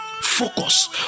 focus